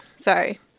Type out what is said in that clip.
Sorry